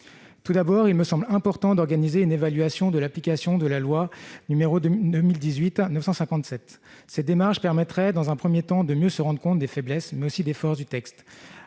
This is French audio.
Tout d'abord, il me paraît important d'organiser une évaluation de l'application de la loi n° 2018-957. Cette démarche permettrait, dans un premier temps, de mieux se rendre compte des faiblesses, mais aussi des forces de ce texte.